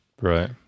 Right